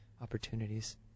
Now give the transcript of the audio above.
opportunities